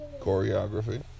Choreography